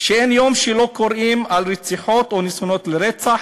אין יום שלא קוראים על רציחות או ניסיונות לרצח,